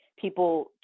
people